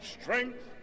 strength